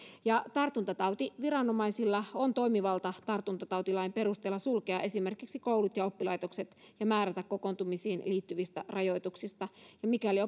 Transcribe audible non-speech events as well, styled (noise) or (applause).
tartuntatautiviranomaisilla on toimivalta tartuntatautilain perusteella sulkea esimerkiksi koulut ja oppilaitokset ja määrätä kokoontumisiin liittyvistä rajoituksista mikäli (unintelligible)